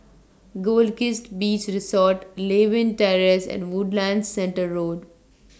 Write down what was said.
Goldkist Beach Resort Lewin Terrace and Woodlands Centre Road